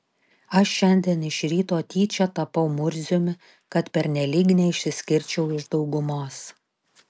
aš šiandien iš ryto tyčia tapau murziumi kad pernelyg neišsiskirčiau iš daugumos